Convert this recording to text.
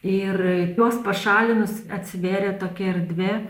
ir juos pašalinus atsivėrė tokia erdvė